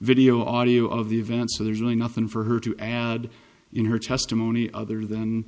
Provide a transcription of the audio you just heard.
video audio of the event so there's really nothing for her to add in her testimony other than